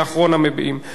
אז בואו נחכה קצת.